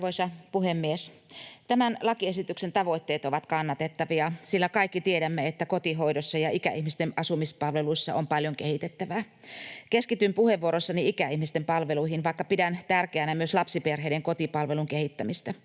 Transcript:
Tämän lakiesityksen tavoitteet ovat kannatettavia, sillä kaikki tiedämme, että kotihoidossa ja ikäihmisten asumispalveluissa on paljon kehitettävää. Keskityn puheenvuorossani ikäihmisten palveluihin, vaikka pidän tärkeänä myös lapsiperheiden kotipalvelun kehittämistä.